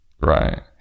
Right